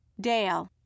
Dale